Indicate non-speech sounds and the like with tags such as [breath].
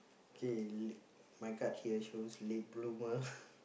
okay my card here shows late bloomer [breath]